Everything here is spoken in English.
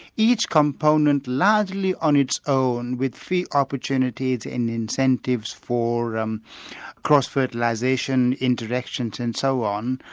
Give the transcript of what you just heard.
each component largely on its own with free opportunities and incentives for um cross-fertilisation, interactions and so on,